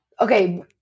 okay